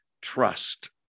Trust